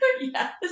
Yes